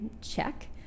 Check